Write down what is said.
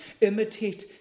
imitate